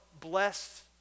blessed